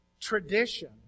tradition